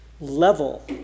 level